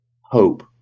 hope